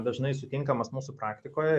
dažnai sutinkamas mūsų praktikoje